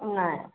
ନାଇଁ